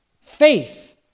faith